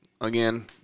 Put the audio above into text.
Again